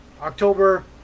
October